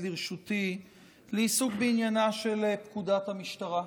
לרשותי לעיסוק בעניינה של פקודת המשטרה,